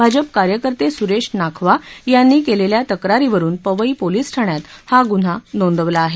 भाजप कार्यकर्ते सुरेश नाखवा यांनी केलेल्या तक्रारीवरुन पवई पोलिस ठाण्यात हा गुन्हा नोंदवला आहे